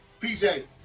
PJ